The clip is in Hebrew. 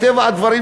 מטבע הדברים,